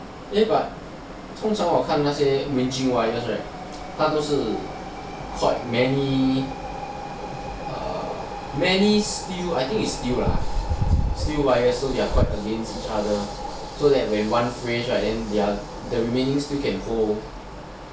eh but 通常我看那些 matching wires right 他都是 called many err steel I think is steel lah steel wires so they are quite against each other so that when one fray right then the remaining still can hold